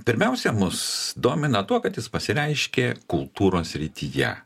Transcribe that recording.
pirmiausia mus domina tuo kad jis pasireiškė kultūros srityje